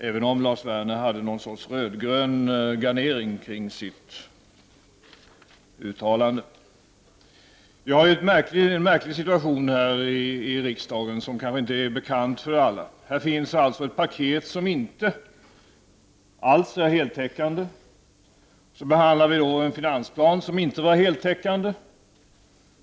Lars Werner hade i och för sig någon sorts röd-grön garnering kring sitt uttalande. Vi har en märklig situation här i riksdagen, som kanske inte är bekant för alla. Här finns ett paket som inte alls är heltäckande. Vi behandlade en finansplan som inte var heltäckande.